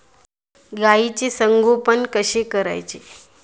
गाईचे संगोपन कसे करायचे?